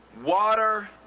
Water